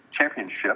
championship